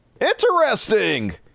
Interesting